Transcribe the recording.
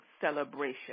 celebration